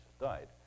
died